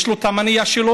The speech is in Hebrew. יש לו את המניע שלו.